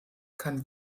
kann